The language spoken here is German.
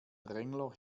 drängler